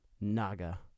Naga